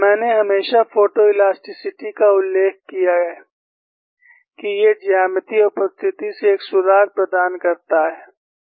मैंने हमेशा फोटोइलास्टिसिटी का उल्लेख किया गया है कि ये ज्यामितीय उपस्थिति से एक सुराग प्रदान करता है